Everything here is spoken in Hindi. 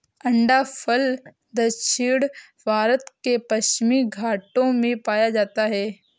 अंडाफल दक्षिण भारत के पश्चिमी घाटों में पाया जाता है